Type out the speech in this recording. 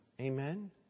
Amen